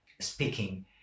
speaking